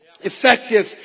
Effective